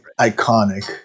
iconic